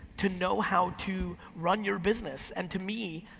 to know how to run your business. and to me,